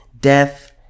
death